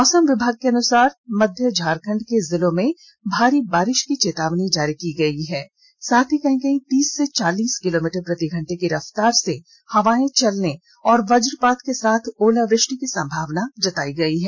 मौसम विभाग के अनुसार मध्य झारखंड के जिलों में भारी बाषि की चेतावनी जारी की गई है साथ ही कहीं कहीं तीस से चालीस किलोमीटर प्रति घंटे की रफ्तार से हवा चलने और वजपात के साथ ओलावृष्टि की संभावना जताई गई है